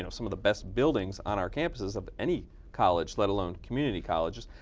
you know some of the best buildings on our campuses of any college let alone community college.